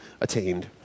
attained